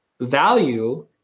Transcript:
Value